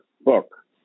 book